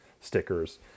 stickers